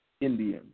Indians